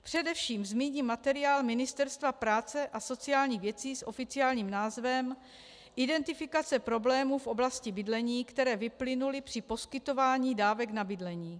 Především zmíním materiál Ministerstva práce a sociálních věcí s oficiálním názvem Identifikace problémů v oblasti bydlení, které vyplynuly při poskytování dávek na bydlení.